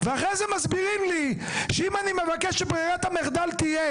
ואחרי זה מסבירים לי שאם אני מבקש שברירת המחדל תהיה